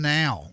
now